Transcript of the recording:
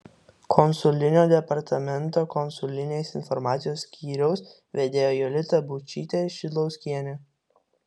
konsulinio departamento konsulinės informacijos skyriaus vedėja jolita būčytė šidlauskienė